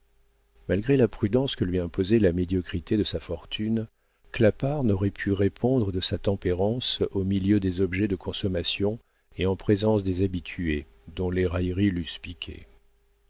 malgré la prudence que lui imposait la médiocrité de sa fortune clapart n'aurait pu répondre de sa tempérance au milieu des objets de consommation et en présence des habitués dont les railleries l'eussent piqué